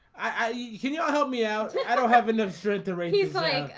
i can you help me out? yeah i don't have enough strength or anything